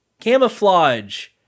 camouflage